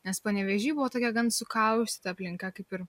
nes panevėžy buvo tokia gan sukaustyta aplinka kaip ir